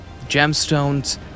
gemstones